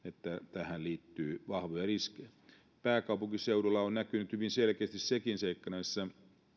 tähän liittyy vahvoja riskejä pääkaupunkiseudulla on näkynyt hyvin selkeästi sekin seikka näissä